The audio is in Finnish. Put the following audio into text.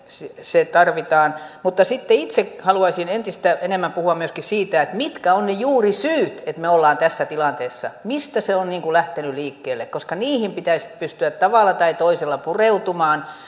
se tarvitaan mutta sitten itse haluaisin entistä enemmän puhua myöskin siitä mitkä ovat juurisyyt että me olemme tässä tilanteessa mistä se on lähtenyt liikkeelle niihin pitäisi pystyä tavalla tai toisella pureutumaan